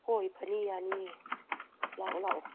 ꯍꯣꯏ ꯐꯅꯤ ꯌꯥꯅꯤꯌꯦ ꯂꯥꯛꯑꯣ ꯂꯥꯛꯑꯣ